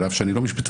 על אף שאני לא משפטן,